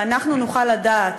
ואנחנו נוכל לדעת,